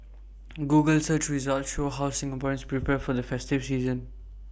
Google search results show how Singaporeans prepare for the festive season